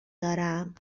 دارم